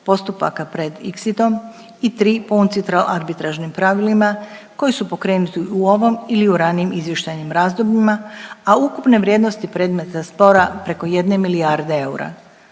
postupaka pred ICSID-om i 3 po UNCITRAL arbitražnim pravilima koji su pokrenuti u ovom ili u ranijim izvještajnim razdobljima, a ukupne vrijednosti predmeta spora preko jedne milijarde eura